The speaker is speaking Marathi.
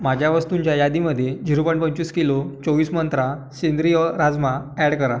माझ्या वस्तूंच्या यादीमध्ये झिरो पॉईंट पंचवीस किलो चोवीस मंत्रा सेंद्रिय राजमा ॲड करा